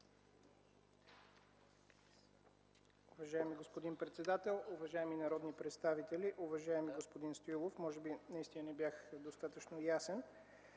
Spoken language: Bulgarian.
Уважаеми господин председател, уважаеми народни представители, уважаеми господин Стоилов! Може би наистина не бях достатъчно ясен,